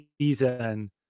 season –